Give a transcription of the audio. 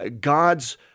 God's